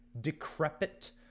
decrepit